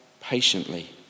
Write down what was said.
patiently